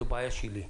זו בעיה שלי.